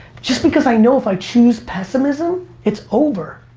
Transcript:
just because i know if i choose pessimism, it's over.